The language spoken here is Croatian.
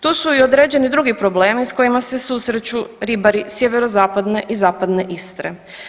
Tu su i određeni drugi problemi s kojima se susreću ribari sjeverozapadne i zapadne Istre.